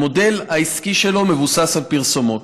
המודל העסקי שלו מבוסס על פרסומות.